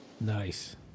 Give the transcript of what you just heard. nice